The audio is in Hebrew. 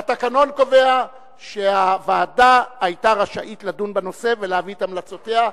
והתקנון קובע שהוועדה היתה רשאית לדון בנושא ולהביא את המלצותיה,